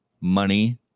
money